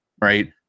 right